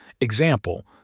Example